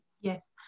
yes